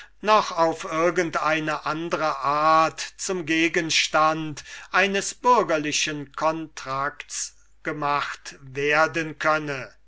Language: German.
noch auf irgend eine andre art zum gegenstand eines bürgerlichen contracts gemacht werden könne